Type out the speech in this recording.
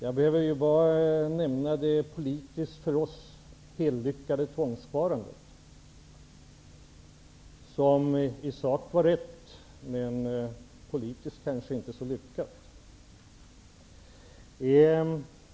Jag behöver bara nämna tvångssparandet, som i sak var rätt men som politiskt kanske inte var så lyckat.